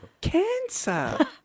cancer